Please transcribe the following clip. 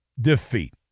defeat